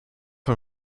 hem